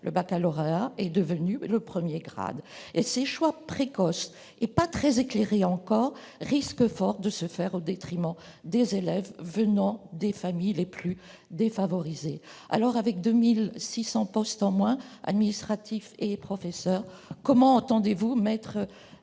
le premier grade universitaire ? Ces choix précoces et pas très éclairés risquent fort de se faire au détriment des élèves venant des familles les plus défavorisées ! Avec 2 600 postes en moins- administratifs et de professeurs -, comment entendez-vous mettre